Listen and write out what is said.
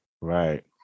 Right